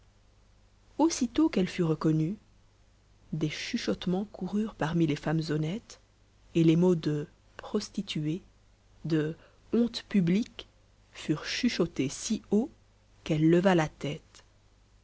aussitôt qu'elle fut reconnue des chuchotements coururent parmi les femmes honnêtes et les mots de prostituée de honte publique furent chuchotés si haut qu'elle leva la tête